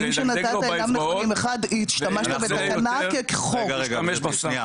זה ידגדג לו באצבעות והוא ירצה יותר להשתמש בסם.